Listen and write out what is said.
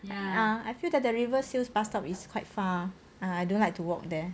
ya I feel that the riversails bus stop is quite far I don't like to walk there